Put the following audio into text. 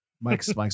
Mike's